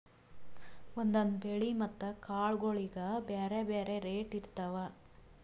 ಒಂದೊಂದ್ ಬೆಳಿ ಮತ್ತ್ ಕಾಳ್ಗೋಳಿಗ್ ಬ್ಯಾರೆ ಬ್ಯಾರೆ ರೇಟ್ ಇರ್ತವ್